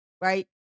right